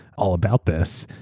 all about this.